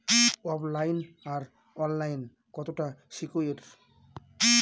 ওফ line আর online কতটা secure?